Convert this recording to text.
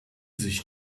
sich